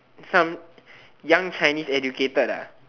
some young chinese educated ah